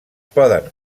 poden